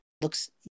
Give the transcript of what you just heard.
looks